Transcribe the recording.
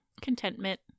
Contentment